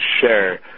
share